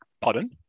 pardon